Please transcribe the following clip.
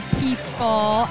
people